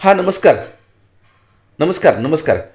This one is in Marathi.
हां नमस्कार नमस्कार नमस्कार